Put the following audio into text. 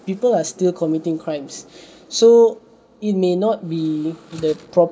people are still committing crimes so it may not be the proper